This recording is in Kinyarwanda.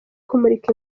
kumurika